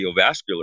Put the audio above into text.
cardiovascular